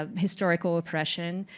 ah historical oppression,